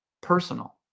personal